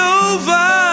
over